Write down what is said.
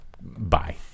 Bye